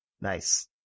Nice